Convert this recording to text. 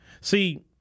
See